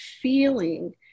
feeling